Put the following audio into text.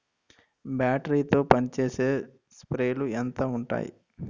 Battery తో పనిచేసే స్ప్రేలు ఎంత ఉంటాయి?